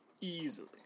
Easily